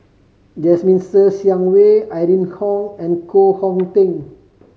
Jasmine Ser Xiang Wei Irene Khong and Koh Hong Teng